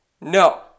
No